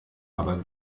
aber